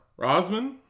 Rosman